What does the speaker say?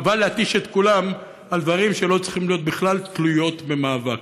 חבל להתיש את כולם על דברים שלא צריכים להיות בכלל תלויים במאבק.